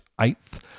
eighth